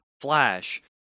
Flash